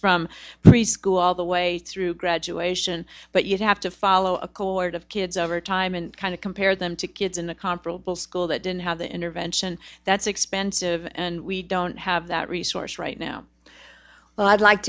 from preschool all the way through graduation but you have to follow a cord of kids over time and kind of compare them to kids in the constable school that didn't have the intervention that's expensive and we don't have that resource right now but i'd like